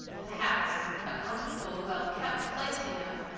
the house, a comfortable, well-kept place enough,